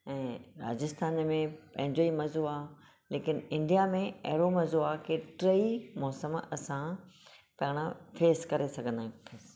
ऐं राजस्थान में पंहिंजो ई मज़ो आहे लेकिन इंडिया में अहिड़ो मज़ो आहे की टई मौसमु असां पाणु फेस करे सघंदा आहियूं फेस